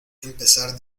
empezar